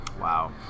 Wow